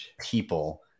people